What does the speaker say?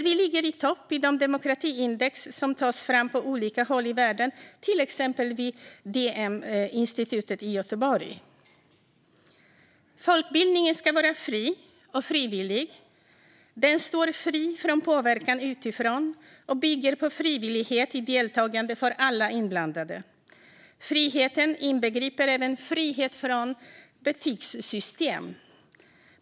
Vi ligger i topp i de demokratiindex som tas fram på olika håll i världen, till exempel vid V-Dem Institute i Göteborg. Folkbildningen ska vara fri och frivillig. Den står fri från påverkan utifrån och bygger på frivillighet i deltagandet för alla inblandade. Friheten inbegriper även frihet från betygssystem.